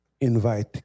invite